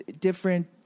different